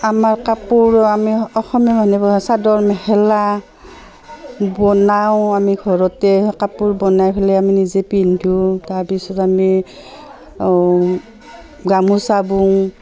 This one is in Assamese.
আমাৰ কাপোৰ আমি অসমীয়া মানহবোৰে চাদৰ মেখেলা বনাওঁ আমি ঘৰতে কাপোৰ বনাই পেলাই আমি নিজে পিন্ধোঁ তাৰপিছত আমি অঁ গামোচা বওঁ